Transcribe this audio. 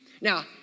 Now